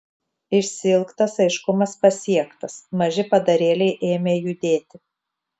išsiilgtas aiškumas pasiektas maži padarėliai ėmė judėti